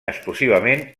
exclusivament